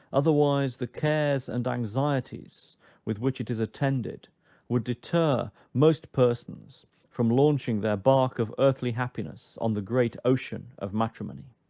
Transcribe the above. otherwise the cares and anxieties with which it is attended would deter most persons from launching their bark of earthly happiness on the great ocean of matrimony.